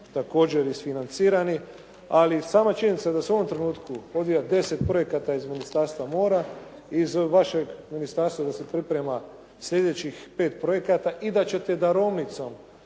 također isfinancirani, ali sama činjenica da se u ovom trenutku odvija 10 projekata iz Ministarstva mora, iz vašeg ministarstva da se priprema sljedećih 5 projekata i da ćete darovnicom